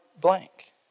blank